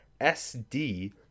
SD